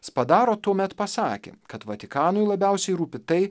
spadaro tuomet pasakė kad vatikanui labiausiai rūpi tai